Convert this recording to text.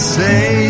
say